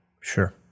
Sure